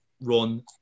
run